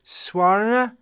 swarna